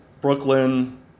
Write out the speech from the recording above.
Brooklyn